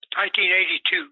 1982